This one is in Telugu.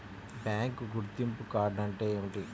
బ్యాంకు గుర్తింపు కార్డు అంటే ఏమిటి?